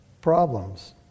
problems